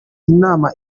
inama